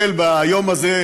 אני באמת שואל ביום הזה,